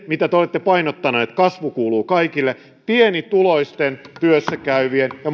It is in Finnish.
mitä te olette painottaneet kasvu kuuluu kaikille pienituloisten työssäkäyvien